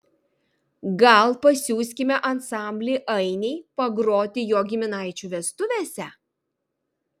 gal pasiųskime ansamblį ainiai pagroti jo giminaičių vestuvėse